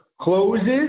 closes